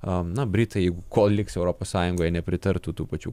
a na britai kol liks europos sąjungoje nepritartų tų pačių